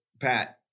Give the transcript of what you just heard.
Pat